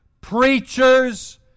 preachers